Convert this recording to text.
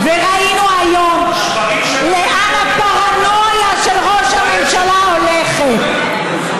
ראינו היום לאן הפרנויה של ראש הממשלה הולכת.